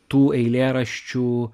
tų eilėraščių